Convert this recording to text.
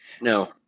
No